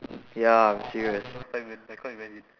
ya I'm serious